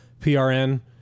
PRN